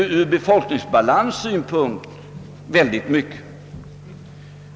Ur befolkningsbalanssynpunkt betyder detta mycket.